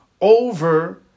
over